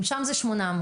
אם שם זה 800,